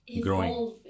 growing